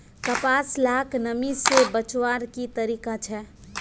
कपास लाक नमी से बचवार की तरीका छे?